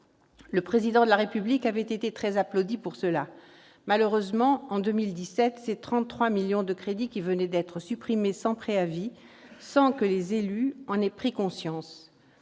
Le Président de la République avait été très applaudi. Malheureusement, en 2017, c'est 33 millions d'euros de crédits qui venaient d'être supprimés sans préavis, sans que les élus en aient pris conscience.